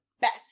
best